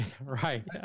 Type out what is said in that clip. Right